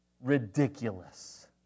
Ridiculous